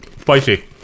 Spicy